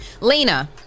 Lena